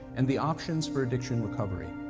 and the options for addiction recovery.